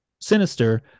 Sinister